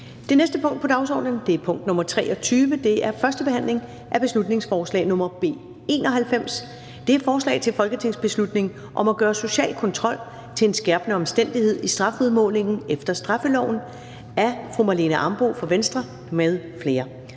Det næste punkt på dagsordenen er: 23) 1. behandling af beslutningsforslag nr. B 91: Forslag til folketingsbeslutning om at gøre social kontrol til en skærpende omstændighed i strafudmålingen efter straffeloven. Af Marlene Ambo-Rasmussen (V) m.fl.